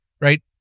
right